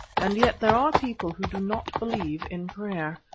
and yet there are people who do not believe in prayer.